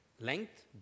Length